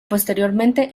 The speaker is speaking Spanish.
posteriormente